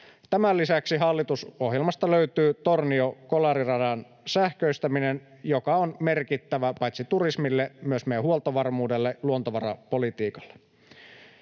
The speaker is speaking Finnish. Tämän lisäksi hallitusohjelmasta löytyy Tornio—Kolari-radan sähköistäminen, joka on merkittävä paitsi turismille myös meidän huoltovarmuudelle ja luontovarapolitiikalle.